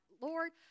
Lord